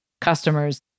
customers